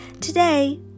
Today